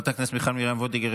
חברת הכנסת מיכל מרים וולדיגר,